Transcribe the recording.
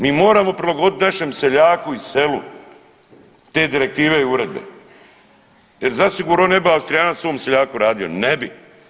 Mi moramo prilagodit našem seljaku i selu te direktive i uredbe jer zasigurno ne bi Austrijanac svom seljaku radio, ne bi.